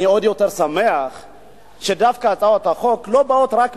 אני עוד יותר שמח שהצעות החוק לא באות רק ממני,